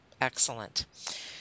Excellent